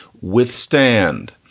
withstand